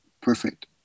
perfect